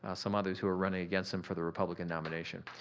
ah some others who are running against him for the republican nomination.